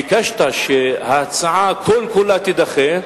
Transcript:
ביקשת שההצעה, כל כולה, תידחה,